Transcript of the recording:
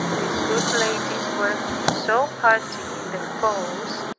these good ladies were so hearty in the cause,